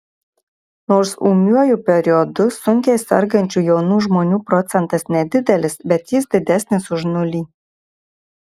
nors ūmiuoju periodu sunkiai sergančių jaunų žmonių procentas nedidelis bet jis didesnis už nulį